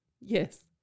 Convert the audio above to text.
Yes